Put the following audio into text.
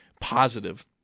positive